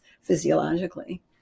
physiologically